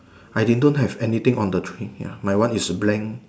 I think don't have anything on the tree ya my one is blank